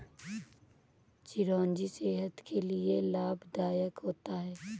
चिरौंजी सेहत के लिए लाभदायक होता है